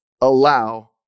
allow